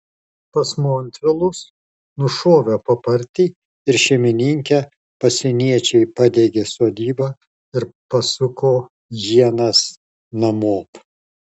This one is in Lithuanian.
pas montvilus nušovę papartį ir šeimininkę pasieniečiai padegė sodybą ir pasuko ienas namop